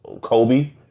Kobe